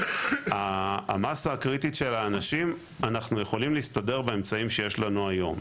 עם המסה הקריטית של האנשים אנחנו יכולים להסתדר באמצעים שיש לנו היום.